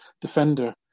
defender